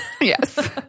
Yes